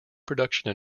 production